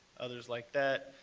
others like that,